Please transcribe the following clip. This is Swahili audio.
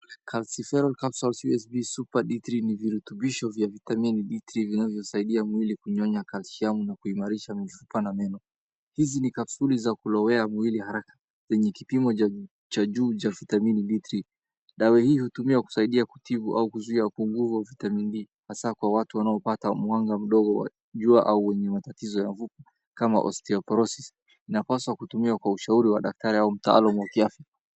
Cholecalciferol Capsules USP Super D three ni vurutubisho vya vitamini D three vinanyosaidia mwili kunyonya calciamu na kuimarisha mifupa na meno. Hizi ni capsuli za kulowea mwili haraka, yenye kipimo cha juu cha vitamini D three . Dawa hii hutumia husaidia kutibu au kuzuia upungufu wa nguvu ya vitamin D, hasa wanaopata mwanga mdogo wa jua au matatizo ya mifupa kama austia process inapaswa kutumika kwa ushauri wa daktari au mtaalamu wa kiafya.